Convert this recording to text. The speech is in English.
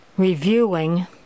reviewing